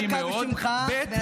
נא לסיים, בבקשה.